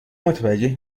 متوجه